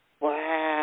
Wow